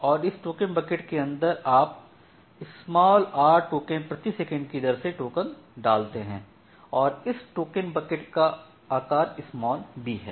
इस token bucket के अंदर आप r टोकन प्रति सेकंड की दर से टोकन डालते हैं और इस टोकन बकेट का आकार b है